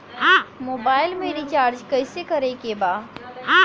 Mobile में recharge कइसे करे के बा?